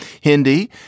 Hindi